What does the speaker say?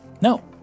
No